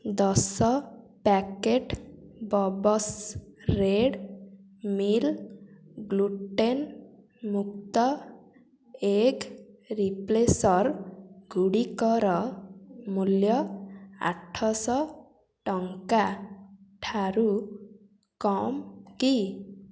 ଦଶ packet Bob's Red Mill gluten ମୁକ୍ତ egg replacer ଗୁଡ଼ିକର ମୂଲ୍ୟ ଆଠଶହ ଟଙ୍କା ଠାରୁ କମ୍ କି